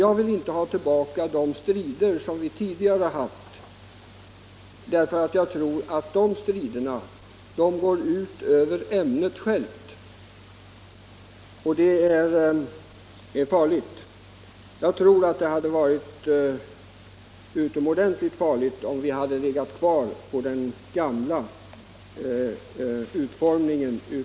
Jag vill inte ha tillbaka de strider som vi tidigare haft, ty det tror jag skulle gå ut över ämnet självt, och det vore farligt! Jag tror att det hade varit utomordentligt farligt om vi hade haft kvar den gamla ordningen.